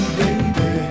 baby